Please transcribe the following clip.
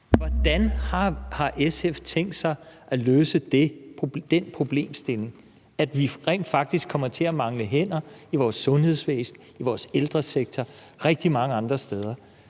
Hvordan har SF tænkt sig at løse den problemstilling, at vi rent faktisk kommer til at mangle hænder i vores sundhedsvæsen, i vores ældresektor og rigtig mange andre steder?